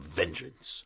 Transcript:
vengeance